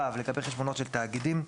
לגבי חשבונות של תאגידים,